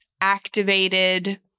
activated